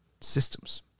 systems